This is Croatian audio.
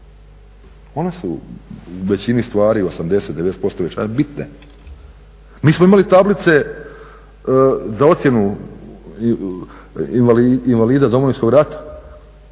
Ona su u većini stvari 80, 90% bitne. Mi smo imali tablice za ocjenu invalida Domovinskog rata